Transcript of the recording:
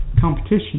competition